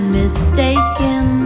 mistaken